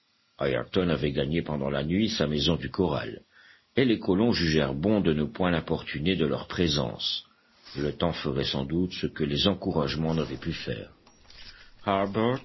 ayrton avait gagné pendant la nuit sa maison du corral et les colons jugèrent bon de ne point l'importuner de leur présence le temps ferait sans doute ce que les encouragements n'avaient pu faire